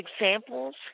examples